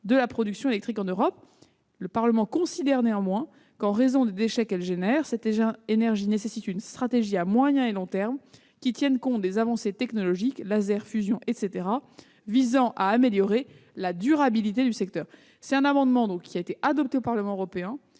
de la production électrique en Europe ; le Parlement considère néanmoins que, en raison des déchets qu'elle génère, cette énergie nécessite une stratégie à moyen et long termes qui tienne compte des avancées technologiques- laser, fusion, etc. -visant à améliorer la durabilité du secteur. L'adoption de cet amendement peut, me